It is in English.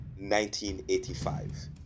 1985